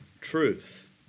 truth